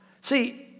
See